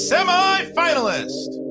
Semi-Finalist